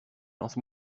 lance